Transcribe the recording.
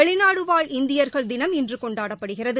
வெளிநாடு வாழ் இந்தியர்கள் தினம் இன்று கொண்டாடப்படுகிறது